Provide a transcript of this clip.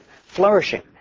flourishing